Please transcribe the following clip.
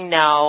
no